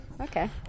Okay